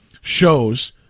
shows